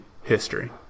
history